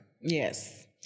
yes